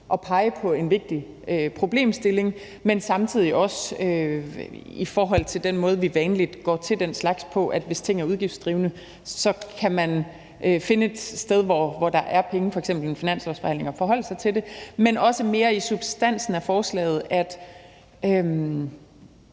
der peges på en vigtig problemstilling, men samtidig også i forhold til den måde, vi vanlig går til den slags på – at hvis ting er udgiftsdrivende, så kan man finde et sted, hvor der er penge, f.eks. i en finanslovsforhandling, og forholde sig til det, men også mere i substansen af forslaget.